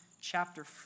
chapter